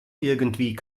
irgendwie